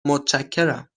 متشکرم